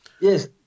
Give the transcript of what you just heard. Yes